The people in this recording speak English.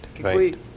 right